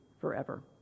forever